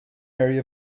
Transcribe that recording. area